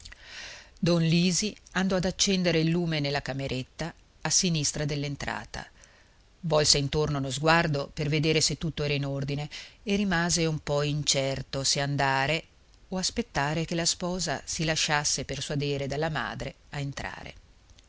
don lisi andò ad accendere il lume nella cameretta a sinistra dell'entrata volse intorno uno sguardo per vedere se tutto era in ordine e rimase un po incerto se andare o aspettare che la sposa si lasciasse persuadere dalla madre a entrare